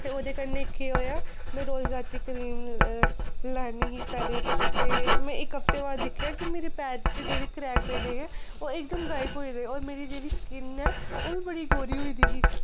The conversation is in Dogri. ते ओह्दे कन्नै केह् होएआ में रोज रातीं क्रीम लानी ही पैरें च ते में इक हफ्ते बाद दिक्खेआ कि मेरे पैर च जेह्ड़े क्रैक पेदे हे ओह् इकदम गायब होई गेदे और मेरी जेह्ड़ी स्किन ऐ ओह् बी बड़ी गोरी होई दी ही